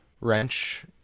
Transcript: wrench